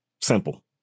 Simple